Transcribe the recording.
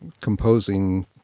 composing